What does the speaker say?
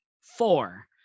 four